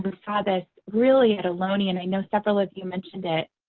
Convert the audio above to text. this ah this really at alone, and i know several of you mentioned it,